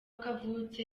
kavutse